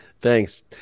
Thanks